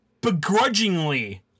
begrudgingly